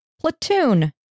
platoon